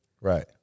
Right